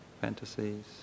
fantasies